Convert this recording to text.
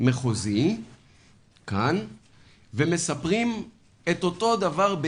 מחוזי כאן ומספרים בדיוק את אותו הדבר.